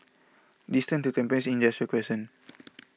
distance to Tampines Industrial Crescent